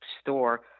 store